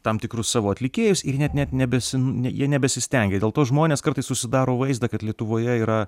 tam tikrus savo atlikėjus ir net net nebesin ne jie nebesistengia dėl to žmonės kartais susidaro vaizdą kad lietuvoje yra